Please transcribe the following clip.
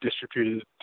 distributed